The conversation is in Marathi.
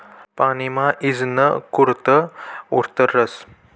पानी मा ईजनं करंट उतरस